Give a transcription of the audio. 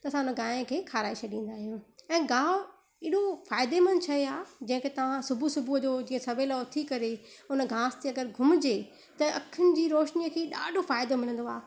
त असां हुन गांइ खे खाराए छॾींदा आहियूं ऐं गाहु हेॾो फ़ाइदे मंद शइ आहे जंहिंखे तव्हां सुबु सुबुह जो जीअं सवेल उथी करे हुन घास ते अगरि घुमिजे त अखियुनि जी रोशिनीअ खे ॾाढो फ़ाइदो मिलंदो आहे